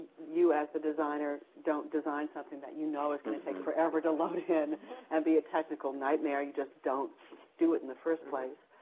you, as the designer, don't design something that you know is going to take forever to load in and be a technical nightmare. you just don't do it in the first place.